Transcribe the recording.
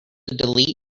delete